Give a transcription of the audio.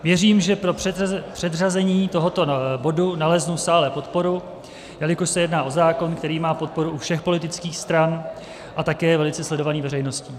Věřím, že pro předřazení tohoto bodu naleznu v sále podporu, jelikož se jedná o zákon, který má podporu u všech politických stran a také je velice sledovaný veřejností.